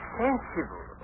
sensible